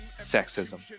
sexism